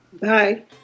Bye